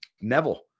neville